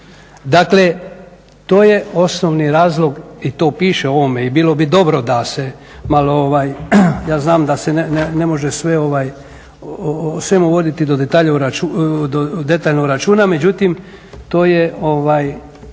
Dakle, to je osnovni razlog i to piše u ovome i bilo bi dobro da se malo, ja znam da se ne može o svemu voditi do u detalje računa, detaljno računa,